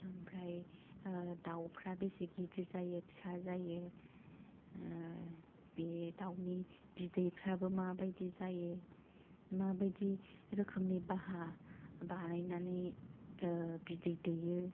आमफ्राय दाउफ्रा बेसे गिदिर जायो बे दाउनि बिदैफ्राबो माबायदि जायो मा बायदि रोखोमनि बाहा बानायनानै बिदै दैयो